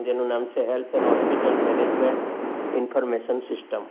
જેનું નામ છે health and hospital management information system